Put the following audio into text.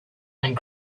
and